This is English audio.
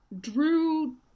drew